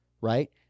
right